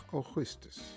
augustus